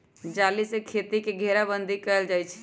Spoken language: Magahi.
जाली से खेती के घेराबन्दी कएल जाइ छइ